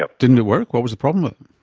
ah didn't it work? what was the problem?